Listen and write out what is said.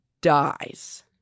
dies